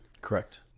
Correct